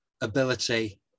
ability